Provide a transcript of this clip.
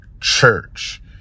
church